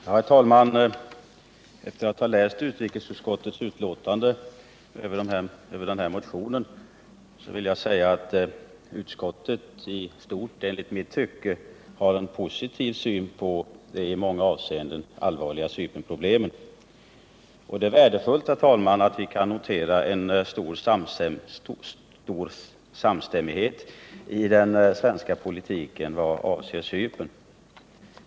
Herr talman! Efter att ha läst utskottets betänkande över motionen vill jag säga att jag finner att utskottet i stort sett har en positiv syn på de i många avseenden allvarliga Cypernproblemen. Det är värdefullt att vi kan notera en stor samstämmighet inom den svenska politiken i vad avser Cypernfrågan.